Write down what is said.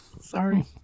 Sorry